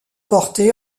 porté